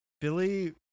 Billy